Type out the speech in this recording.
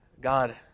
God